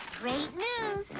great news!